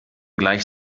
gleich